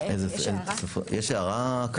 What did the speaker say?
יש הערה?